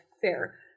fair